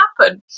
happen